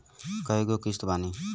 कय गो किस्त बानी?